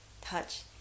touch